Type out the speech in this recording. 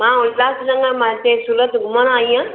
मां उल्हासनगर मां हिते सूरत घुमणु आईं आहियां